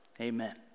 Amen